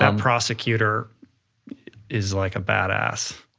um prosecutor is like a badass.